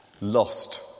lost